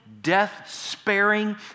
death-sparing